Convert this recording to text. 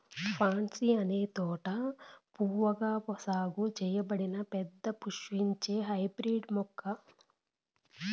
pansy అనేది తోట పువ్వుగా సాగు చేయబడిన పెద్ద పుష్పించే హైబ్రిడ్ మొక్క